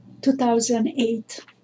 2008